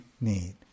need